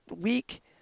week